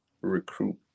recruit